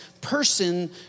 person